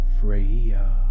Freya